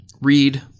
read